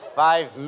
five